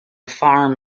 farm